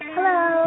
Hello